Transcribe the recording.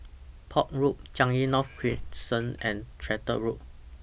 Port Road Changi North Crescent and Tractor Road